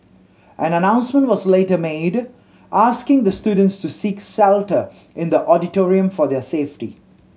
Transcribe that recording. an announcement was later made asking the students to seek shelter in the auditorium for their safety